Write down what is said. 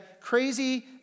crazy